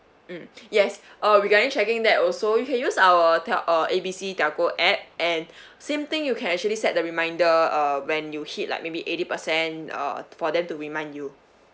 mm yes uh regarding checking that also you can use our tel~ uh A B C telco app and same thing you can actually set a reminder uh when you hit like maybe eighty percent uh for them to remind you